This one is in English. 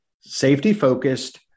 safety-focused